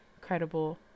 credible